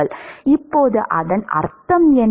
இப்போது அதன் அர்த்தம் என்ன